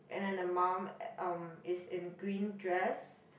and then the mum um is in green dress